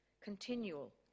Continual